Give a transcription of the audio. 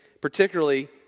particularly